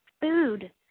food